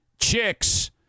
Chicks